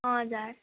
हजुर